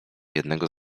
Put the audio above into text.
jednego